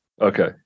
Okay